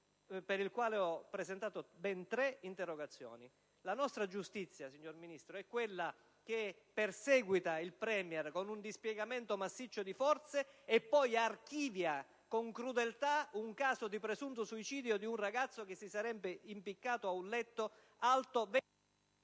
per il quale ho presentato ben tre interrogazioni. La nostra giustizia, signor Ministro, è quella che perseguita il Premier con un dispiegamento massiccio di forze e poi archivia con crudeltà un caso di presunto suicidio di un ragazzo che si sarebbe impiccato alla spalliera di un